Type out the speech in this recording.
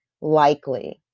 likely